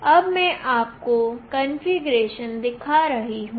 अब मैं आपको कॉन्फ़िगरेशन दिखा रही हूं